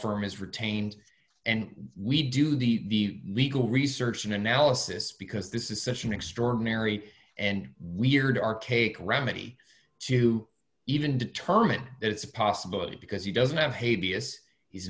firm is retained and we do the legal research and analysis because this is such an extraordinary and weird archaic remedy to even determine it's a possibility because he doesn't have